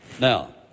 Now